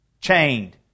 chained